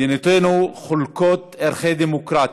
מדינותינו חולקות ערכי דמוקרטיה,